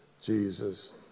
Jesus